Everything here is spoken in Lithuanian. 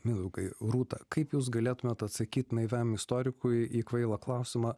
mindaugai rūta kaip jūs galėtumėt atsakyt naiviam istorikui į kvailą klausimą